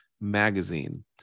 Magazine